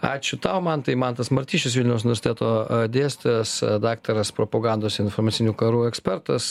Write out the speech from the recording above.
ačiū tau mantai mantas martišius vilniaus universiteto dėstytojas daktaras propagandos informacinių karų ekspertas